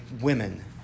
women